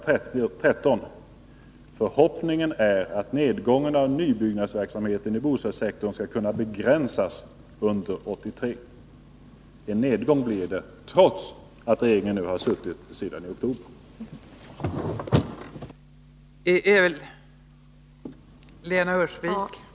13: ”Förhoppningen är att nedgången av nybyggnadsverksamheten i bostadssektorn skall kunna begränsas under år 1983.” En nedgång blir det, trots att regeringen nu har suttit sedan oktober 1982.